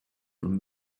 from